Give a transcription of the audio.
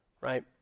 right